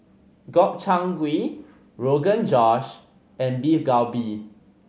Gobchang Gui Rogan Josh and Beef Galbi